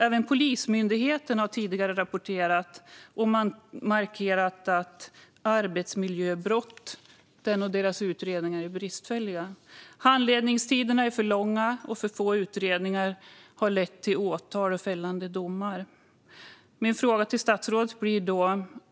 Även Polismyndigheten har tidigare rapporterat om och markerat att deras utredningar av arbetsmiljöbrott är bristfälliga. Handläggningstiderna är för långa, och för få utredningar har lett till åtal och fällande domar.